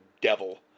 devil